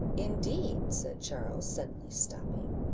indeed! said charles, suddenly stopping.